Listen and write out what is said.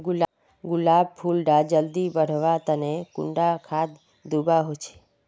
गुलाब फुल डा जल्दी बढ़वा तने कुंडा खाद दूवा होछै?